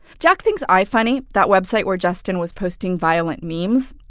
jack thinks ifunny, that website where justin was posting violent means,